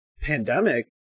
pandemic